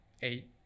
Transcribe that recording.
eight